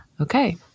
Okay